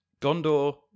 Gondor